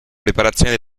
preparazione